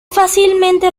fácilmente